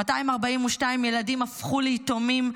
242 ילדים הפכו ליתומים,